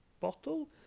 bottle